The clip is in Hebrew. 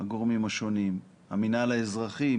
המינהל האזרחי,